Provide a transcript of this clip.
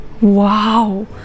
Wow